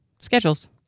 schedules